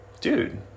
Dude